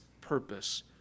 purpose